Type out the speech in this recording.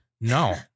No